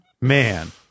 Man